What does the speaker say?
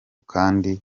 kandi